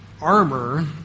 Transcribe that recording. armor